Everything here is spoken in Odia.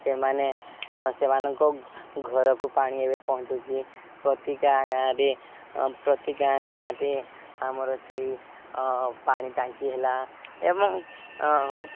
ସେମାନେ ସେମାନଙ୍କ ଘରକୁ ପାଣି ଏବେ ପହଞ୍ଚୁଚି ପ୍ରତି ଗାଁ ଗାଁରେ ପ୍ରତି ଗାଁ ଗାଁରେ ଆମର ସେଇ ପାଣି ଟାଙ୍କି ହେଲା ଏବଂ